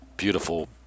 beautiful